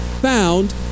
found